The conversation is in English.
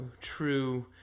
true